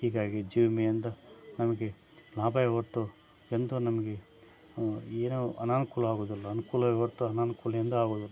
ಹೀಗಾಗಿ ಜೀವ ವಿಮೆಯಿಂದ ನಮಗೆ ಲಾಭವೇ ಹೊರತು ಎಂತು ನಮಗೆ ಏನೂ ಅನಾನುಕೂಲ ಆಗೋದಿಲ್ಲ ಅನುಕೂಲವೇ ಹೊರತು ಅನಾನುಕೂಲ ಎಂದು ಆಗೋದಿಲ್ಲ